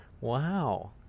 wow